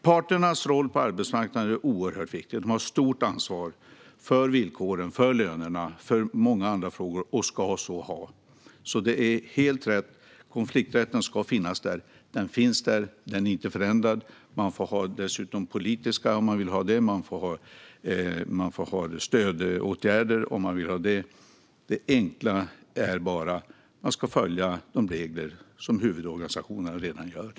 Parternas roll på arbetsmarknaden är oerhört viktig. De har ett stort ansvar för villkoren, lönerna och många andra frågor, och ska så ha. Det är alltså helt rätt att konflikträtten ska finnas. Den finns där och är inte förändrad. Man får dessutom genomföra politiska stridsåtgärder, om man vill det, och man får genomföra stödåtgärder, om man vill det. Det enkla som gäller är bara att man ska följa de regler som huvudorganisationen redan följer.